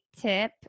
tip